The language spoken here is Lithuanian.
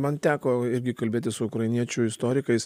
man teko irgi kalbėtis su ukrainiečių istorikais